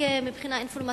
רק מבחינה אינפורמטיבית,